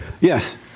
Yes